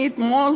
אני אתמול